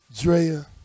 Drea